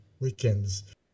weekends